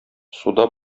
суда